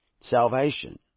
salvation